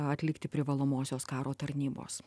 atlikti privalomosios karo tarnybos